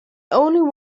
only